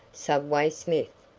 subway smith,